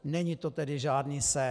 Není to tedy žádný sen.